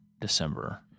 December